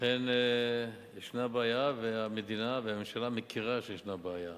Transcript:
אכן יש בעיה, והמדינה, הממשלה מכירה שיש בעיה.